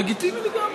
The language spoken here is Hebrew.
לגיטימי לגמרי,